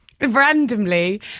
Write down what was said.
randomly